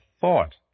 thought